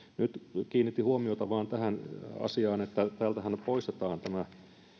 nyt vain kiinnitin huomiota tähän asiaan että täältähän poistetaan tämä